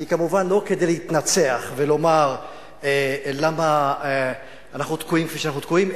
היא כמובן לא כדי להתנצח ולומר למה אנחנו תקועים כפי שאנחנו תקועים,